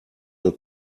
will